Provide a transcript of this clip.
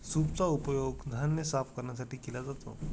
सूपचा उपयोग धान्य साफ करण्यासाठी केला जातो